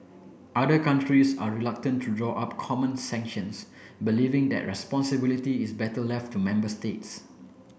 other countries are reluctant to draw up common sanctions believing that responsibility is better left to member states